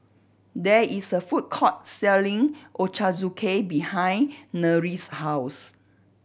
there is a food court selling Ochazuke behind Nery's house